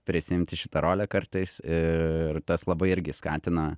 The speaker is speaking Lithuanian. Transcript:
prisiimti šitą rolę kartais ir tas labai irgi skatina